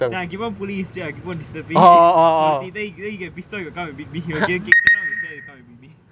then I keep on pulling his chair I keep on disturbing him கொளுத்தி:kolutti then he'll get piss off he'll come and beat me he stand up on his chair and beat me